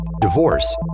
divorce